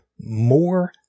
more